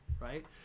right